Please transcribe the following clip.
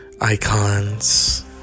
icons